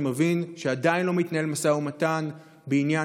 אני מבין שעדיין לא מתנהל משא ומתן בעניין